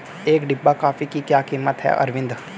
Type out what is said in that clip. एक डिब्बा कॉफी की क्या कीमत है अरविंद?